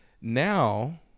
Now